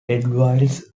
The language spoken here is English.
edelweiss